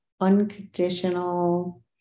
unconditional